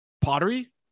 Pottery